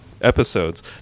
episodes